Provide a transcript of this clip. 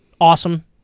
awesome